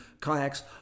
kayaks